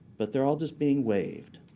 but they're all just being waived.